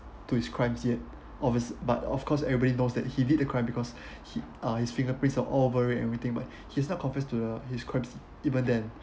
to his crimes yet obvious but of course everybody knows that he did the crime because he uh his fingerprints are all over everything but he's not confessed to his crimes even then